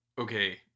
okay